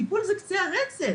טיפול זה קצה הרצף.